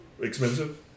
expensive